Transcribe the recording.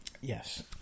Yes